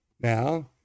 Now